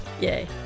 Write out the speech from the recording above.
yay